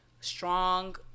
strong